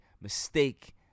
mistake